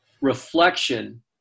reflection